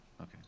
Okay